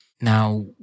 Now